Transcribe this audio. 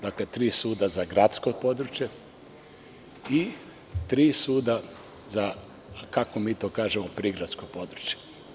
Dakle, tri suda za gradsko područje i tri suda za, kako mi to kažemo, prigradsko područje.